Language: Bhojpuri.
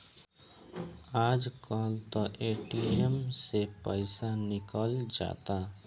आज कल त ए.टी.एम से ही पईसा निकल जाता